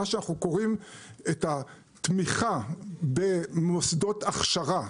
מה שאנחנו קוראים את התמיכה במוסדות הכשרה.